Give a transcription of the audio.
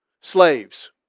slaves